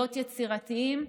להיות יצירתיים,